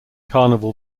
carnival